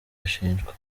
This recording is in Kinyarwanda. ashinjwa